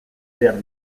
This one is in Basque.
behar